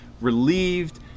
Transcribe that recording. relieved